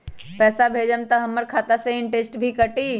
पैसा भेजम त हमर खाता से इनटेशट भी कटी?